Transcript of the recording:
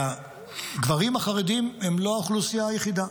והגברים החרדים הם לא האוכלוסייה היחידה.